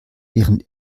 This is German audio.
während